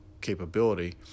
capability